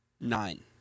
Nine